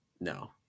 no